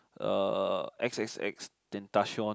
uh X_X_X tentacion